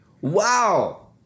Wow